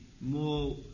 more